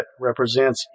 represents